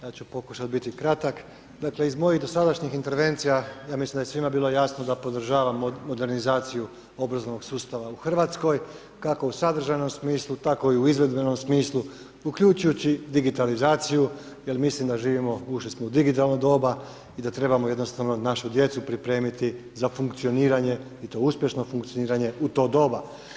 Ja ću pokušati biti kratak, dakle, iz mojih dosadašnjih intervencija, ja mislim da je svima bilo jasno, da podržavam modernizaciju obrazovnog sustava u RH, kako u sadržajnom smislu, tako i u izvedbenom smislu uključujući digitalizaciju, jer mislim da živimo, ušli smo u digitalno doba i da trebamo jednostavno našu djecu pripremiti za funkcioniranje i to uspješno funkcioniranje u to doba.